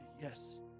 Yes